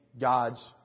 God's